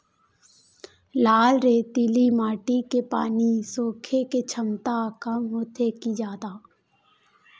लाल रेतीली माटी के पानी सोखे के क्षमता कम होथे की जादा?